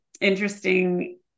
interesting